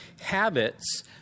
habits